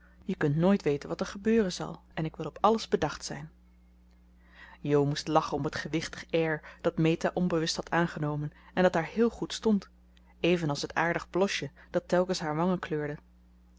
je kunt nooit weten wat er gebeuren zal en ik wil op alles bedacht zijn jo moest lachen om het gewichtig air dat meta onbewust had aangenomen en dat haar heel goed stond even als het aardig blosje dat telkens haar wangen kleurde